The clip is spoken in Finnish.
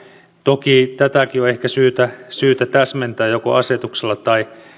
toki tätäkin on ehkä syytä syytä täsmentää joko asetuksella tai